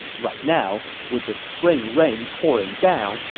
right now, with the spring rain pouring down,